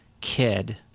kid